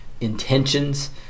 intentions